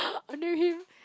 only him